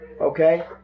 Okay